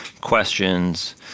questions